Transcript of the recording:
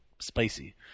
spicy